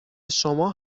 شما